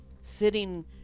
sitting